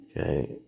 okay